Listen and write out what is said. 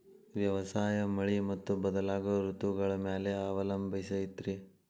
ವ್ಯವಸಾಯ ಮಳಿ ಮತ್ತು ಬದಲಾಗೋ ಋತುಗಳ ಮ್ಯಾಲೆ ಅವಲಂಬಿಸೈತ್ರಿ